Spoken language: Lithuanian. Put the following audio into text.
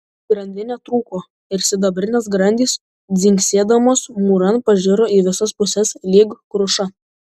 grandinė trūko ir sidabrinės grandys dzingsėdamos mūran pažiro į visas puses lyg kruša